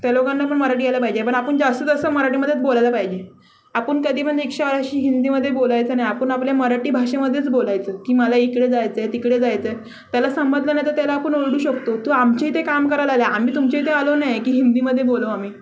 त्या लोकांना पण मराठी यायला पाहिजे पण आपण जास्त जास्त मराठीमध्येच बोलायला पाहिजे आपणन कधीपण रिक्षावाल्याशी हिंदीमध्ये बोलायचं नाही आपण आपल्या मराठी भाषेमध्येच बोलायचं की मला इकडे जायचं आहे तिकडे जायचं आहे त्याला समजलं नाही तर त्याला आपण ओरडू शकतो तू आमच्या इथे काम करायला आले आम्ही तुमच्या इथे आलो नाही की हिंदीमध्ये बोलू आम्ही